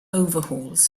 overhauls